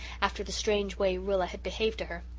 after the strange way rilla had behaved to her.